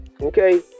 okay